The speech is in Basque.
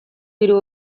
hiru